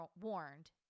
warned